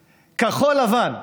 כחול-לבן,